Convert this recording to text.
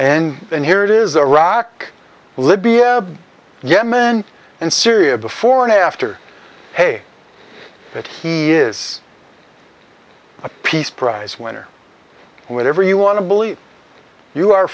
and and here it is a rock libya yemen and syria before and after hey it is a peace prize winner whatever you want to believe you are